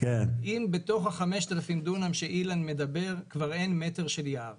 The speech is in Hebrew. אם בתוך 5,000 דונם שאילן מדבר עליהם כבר אין מטר של יער